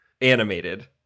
animated